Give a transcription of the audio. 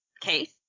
case